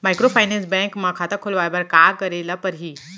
Microfinance bank म खाता खोलवाय बर का करे ल परही?